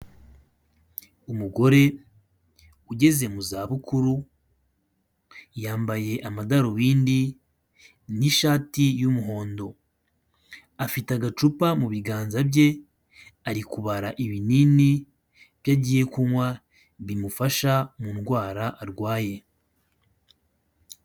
Umugore ugeze mu za bukuru yambaye amadarubindi n'shati y'umuhondo afite agacupa mu biganza bye ari kubara ibinini byo agiye kunywa bimufasha mu ndwara arwaye.